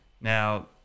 Now